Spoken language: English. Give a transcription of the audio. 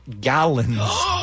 gallons